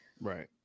Right